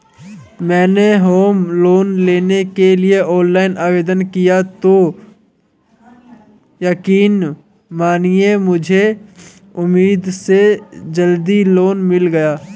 मैंने home loan लेने के लिए ऑनलाइन आवेदन किया तो यकीन मानिए मुझे उम्मीद से जल्दी लोन मिल गया